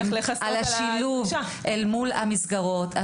על השילוב אל מול המסגרות.